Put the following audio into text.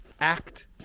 act